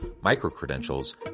micro-credentials